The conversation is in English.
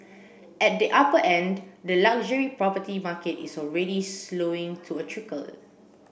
at the upper end the luxury property market is already slowing to a trickle